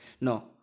No